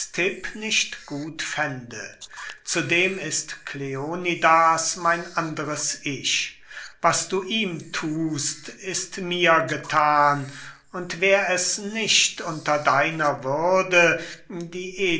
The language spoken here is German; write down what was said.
aristipp nicht gut fände zudem ist kleonidas mein anderes ich was du ihm thust ist mir gethan und wär es nicht unter deiner würde die